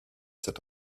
cet